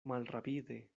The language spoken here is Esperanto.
malrapide